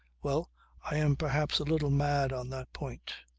well i am perhaps a little mad on that point.